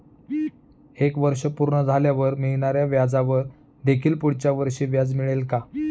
एक वर्ष पूर्ण झाल्यावर मिळणाऱ्या व्याजावर देखील पुढच्या वर्षी व्याज मिळेल का?